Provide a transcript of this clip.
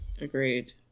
agreed